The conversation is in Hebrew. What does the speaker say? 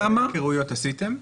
אתרי היכרויות עשיתם?